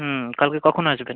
হুম কালকে কখন আসবেন